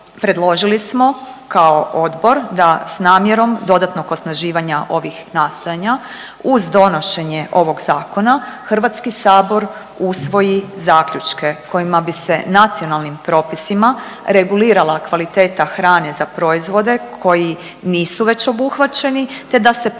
predložili smo kao odbor da sa namjerom dodatnog osnaživanja ovih nastojanja uz donošenje ovog zakona Hrvatski sabor usvoji zaključke kojima bi se nacionalnim propisima regulirala kvaliteta hrane za proizvode koji nisu već obuhvaćeni, te da se pristupi